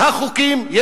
החוקים,